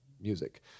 music